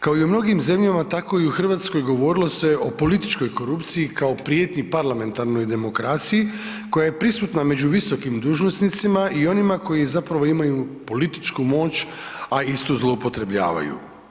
Kao i u mnogim zemljama tako i u Hrvatskoj govorilo se o političkoj korupciji kao prijetnji parlamentarnoj demokraciji koja je prisutna među visokim dužnosnicima i onima koji zapravo imaju političku moć, a istu zloupotrebljavaju.